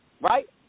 right